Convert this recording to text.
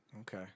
Okay